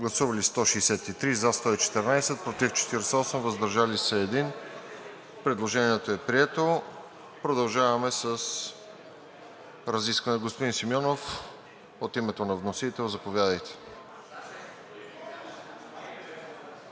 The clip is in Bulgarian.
представители: за 114, против 48, въздържал се 1. Предложението е прието. Продължаваме с разисквания. Господин Симеонов – от името на вносител, заповядайте.